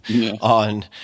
on